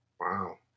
Wow